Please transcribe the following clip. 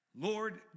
Lord